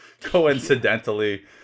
coincidentally